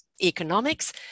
economics